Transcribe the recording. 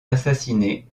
assassiné